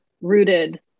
rooted